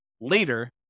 later